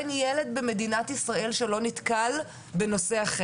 אין ילד במדינת ישראל שלא נתקל בחרם.